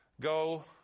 go